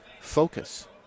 focus